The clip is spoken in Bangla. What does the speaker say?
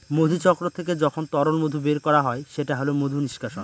মধুচক্র থেকে যখন তরল মধু বের করা হয় সেটা হল মধু নিষ্কাশন